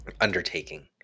undertaking